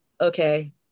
okay